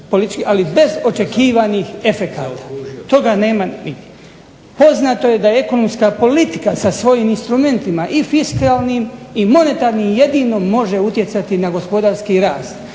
ali bez očekivanih efekata. Toga nema nigdje. Poznato je da ekonomska politika sa svojim instrumentima i fiskalnim i monetarnim jedino može utjecati na gospodarski rast,